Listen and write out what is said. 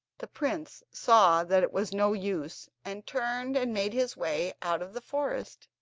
the prince saw that it was no use, and turned and made his way out of the forest.